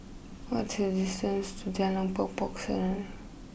what is distance to Jalan Pokok Pokok Serunai